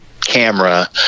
camera